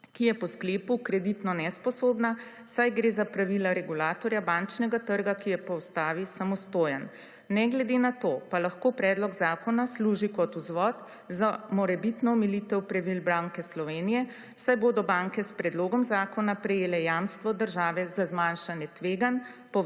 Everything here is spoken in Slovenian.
ki je po sklepu kreditno nesposobna, saj gre za pravila regulatorja bančnega trga, ki je po Ustavi samostojen. Ne glede na to pa lahko predlog zakona služi kot vzvod za morebitno omilitev pravil Banke Slovenije, saj bodo banke s predlogom zakona prejele jamstvo države za zmanjšanje tveganj,